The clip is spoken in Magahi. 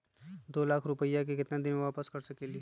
दो लाख रुपया के केतना दिन में वापस कर सकेली?